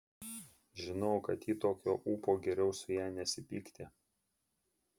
žinojo kad kai ji tokio ūpo geriau su ja nesipykti